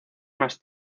más